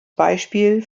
beispiel